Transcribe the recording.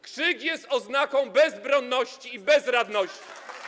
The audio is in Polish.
Krzyk jest oznaką bezbronności i bezradności.